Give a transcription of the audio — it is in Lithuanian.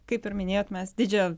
kaip ir minėjot mes didžiąją